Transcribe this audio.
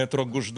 מטרו גוש דן.